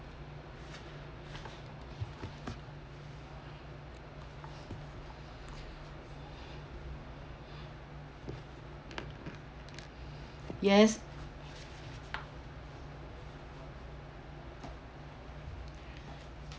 yes